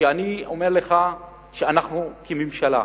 שאני אומר לך שאנחנו כממשלה,